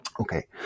Okay